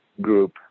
group